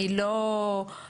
אני לא בתחום,